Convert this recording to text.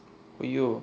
!aiyo!